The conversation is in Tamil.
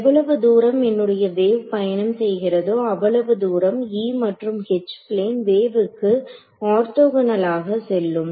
எவ்வளவு தூரம் என்னுடைய வேவ் பயணம் செய்கிறதோ அவ்வளவு தூரம் E மற்றும் H பிளேன் வேவுக்கு ஆர்த்தோகனல் ஆக செல்லும்